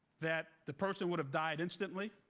that the person would have died instantly.